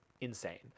insane